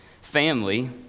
family